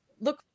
look